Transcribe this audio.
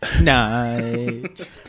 Night